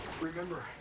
Remember